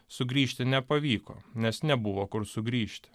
sugrįžti nepavyko nes nebuvo kur sugrįžti